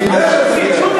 אני גאה בזה.